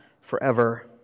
forever